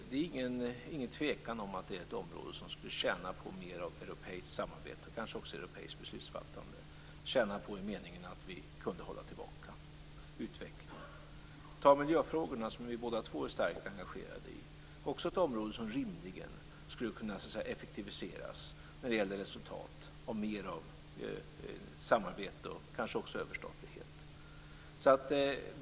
Det är inget tvivel om att det är ett område som skulle tjäna på mer av europeiskt samarbete och kanske också europeiskt beslutsfattande, dvs. tjäna på i den meningen att vi kunde hålla tillbaka utvecklingen. Ta miljöfrågorna, som vi båda är starkt engagerade i. Det är också ett område som rimligen skulle kunna effektiviseras när det gäller resultat och mer av samarbete och kanske också överstatlighet.